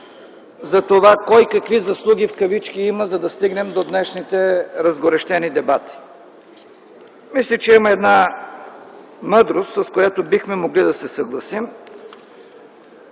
за това кой какви заслуги в кавички има, за да стигнем до днешните разгорещени дебати. Мисля, че има една мъдрост, с която бихме могли да се съгласим: